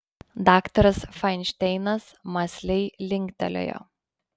daktaras fainšteinas mąsliai linktelėjo